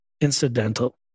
incidental